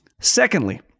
Secondly